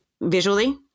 visually